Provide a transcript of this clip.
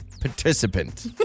participant